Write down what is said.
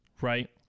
right